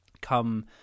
come